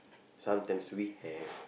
sometimes we have